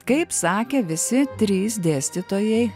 kaip sakė visi trys dėstytojai